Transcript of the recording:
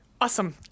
Awesome